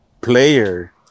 player